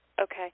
okay